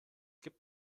gibt